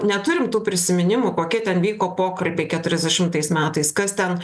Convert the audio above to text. neturim tų prisiminimų kokie ten vyko pokalbiai keturiasdešimtais metais kas ten